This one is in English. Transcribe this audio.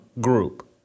group